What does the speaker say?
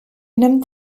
nimmt